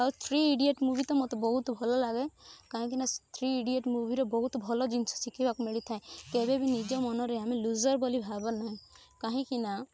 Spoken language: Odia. ଆଉ ଥ୍ରୀ ଇଡ଼ିଏଟ ମୁଭି ତ ମତେ ବହୁତ ଭଲ ଲାଗେ କାହିଁକି ନା ଥ୍ରୀ ଇଡ଼ିଏଟ ମୁଭିରେ ବହୁତ ଭଲ ଜିନିଷ ଶିଖିବାକୁ ମିଳିଥାଏ କେବେ ବି ନିଜ ମନରେ ଆମେ ଲୁଜର ବୋଲି ଭାବନା କାହିଁକି ନା